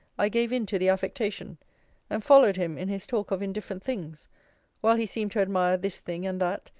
i gave into the affectation and followed him in his talk of indifferent things while he seemed to admire this thing and that,